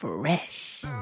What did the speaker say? Fresh